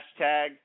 hashtag